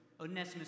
Onesimus